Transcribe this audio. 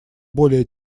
более